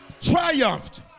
Triumphed